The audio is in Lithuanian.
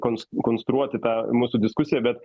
kons konstruoti tą mūsų diskusiją bet